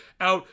out